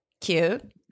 cute